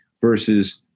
versus